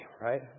right